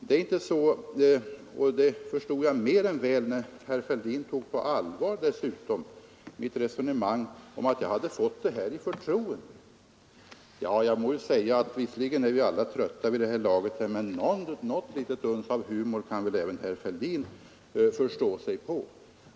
Det förstod jag mer än väl när herr Fälldin dessutom tog på allvar mitt resonemang om att jag hade fått de här handlingarna i förtroende. Visserligen är vi alla trötta vid det här laget, men något uns av humor kan väl även herr Fälldin förstå sig på.